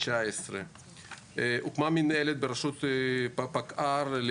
2019. הוקמה מינהלת בראשות פיקוד העורף,